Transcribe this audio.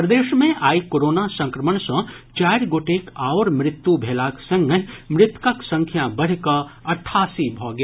प्रदेश मे आइ कोरोना संक्रमण सँ चारि गोटेक आओर मृत्यु भेलाक संगहि मृतकक संख्या बढ़ि कऽ अठासी भऽ गेल